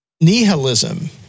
nihilism